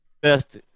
best